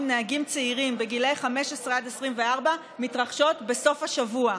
נהגים צעירים בגילאי 15 24 מתרחשות בסוף השבוע.